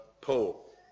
Paul